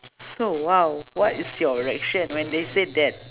so !wow! what is your reaction when they said that